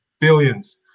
Billions